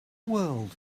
world